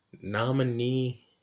nominee